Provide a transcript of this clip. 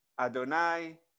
Adonai